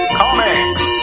comics